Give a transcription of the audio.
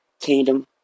kingdom